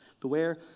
Beware